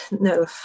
No